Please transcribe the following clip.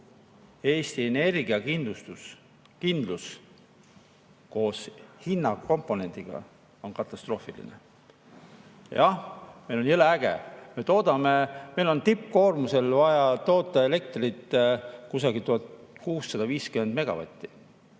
Eesti energiakindlus koos hinnakomponendiga on katastroofiline. Jah, meil on jõle äge. Meil on tippkoormusel vaja toota elektrit umbes 1650 megavatti,